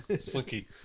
slinky